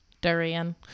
durian